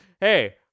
hey